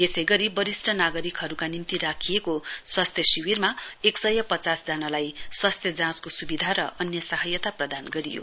यसै गरी वरिष्ठ नागरिकहरूका निम्ति राखिएको स्वास्थ्य शिविरमा एकसय पचास जनालाई स्वास्त्य जाँचको सुविधा र अन्य सहायता प्रदान गरियो